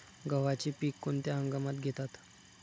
गव्हाचे पीक कोणत्या हंगामात घेतात?